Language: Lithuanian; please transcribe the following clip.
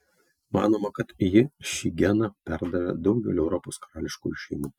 manoma kad ji šį geną perdavė daugeliui europos karališkųjų šeimų